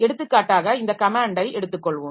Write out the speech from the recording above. எடுத்துக்காட்டாக இந்த கமேன்ட்டை எடுத்துக் கொள்வோம்